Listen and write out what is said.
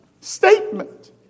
statement